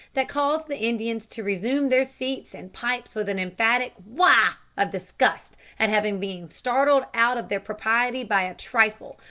that caused the indians to resume their seats and pipes with an emphatic wah! of disgust at having been startled out of their propriety by a trifle,